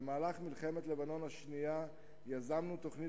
במהלך מלחמת לבנון השנייה יזמנו תוכנית